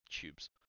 tubes